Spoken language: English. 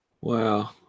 Wow